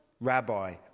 rabbi